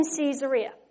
Caesarea